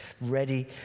ready